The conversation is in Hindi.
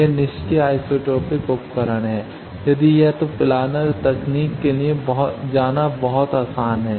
यह निष्क्रिय आइसोट्रोपिक उपकरण है यदि यह है तो प्लानर तकनीक के लिए जाना बहुत आसान है